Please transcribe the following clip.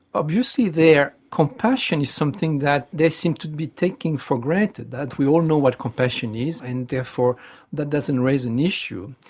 obviously there, compassion is something that they seem to be taking for granted, that we all know what compassion is, and therefore that doesn't raise an issue.